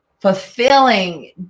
fulfilling